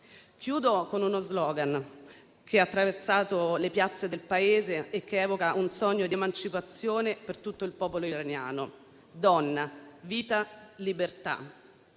con uno *slogan* che ha attraversato le piazze del Paese e che evoca un sogno di emancipazione per tutto il popolo iraniano: donna, vita, libertà.